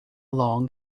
long